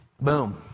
boom